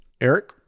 Eric